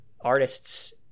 artists